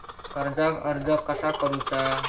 कर्जाक अर्ज कसा करुचा?